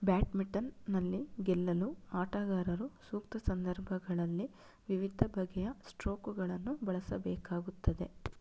ಬ್ಯಾಟ್ಮಿಟನ್ನಲ್ಲಿ ಗೆಲ್ಲಲು ಆಟಗಾರರು ಸೂಕ್ತ ಸಂದರ್ಭಗಳಲ್ಲಿ ವಿವಿಧ ಬಗೆಯ ಸ್ಟ್ರೋಕುಗಳನ್ನು ಬಳಸಬೇಕಾಗುತ್ತದೆ